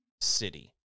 City